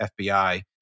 FBI